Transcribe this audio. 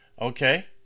Okay